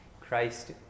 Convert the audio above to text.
Christ